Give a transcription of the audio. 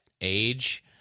age